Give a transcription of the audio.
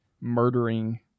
murdering